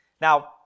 Now